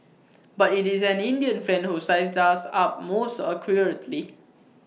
but IT is an Indian friend who sized us up most accurately